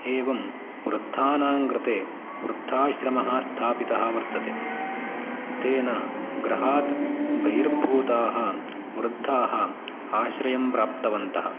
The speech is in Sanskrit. एवं वृद्धानां कृते वृद्धाश्रमः स्थापितः वर्तते तेन गृहात् बहिर्भूताः वृद्धाः आश्रयं प्राप्तवन्तः